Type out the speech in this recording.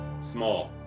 small